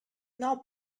not